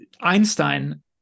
Einstein